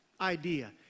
idea